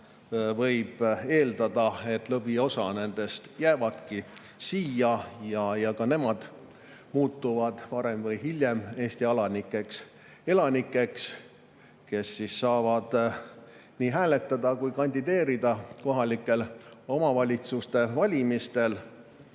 võib eeldada, et lõviosa nendest jääbki siia. Ka nemad muutuvad varem või hiljem Eesti alalisteks elanikeks, kes saavad nii hääletada kui ka kandideerida kohalike omavalitsuste valimistel.